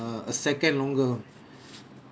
uh a second longer